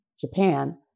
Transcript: Japan